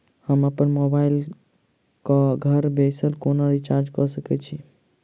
हम अप्पन मोबाइल कऽ घर बैसल कोना रिचार्ज कऽ सकय छी?